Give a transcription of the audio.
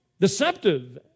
deceptive